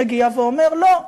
מגיע ואומר: לא,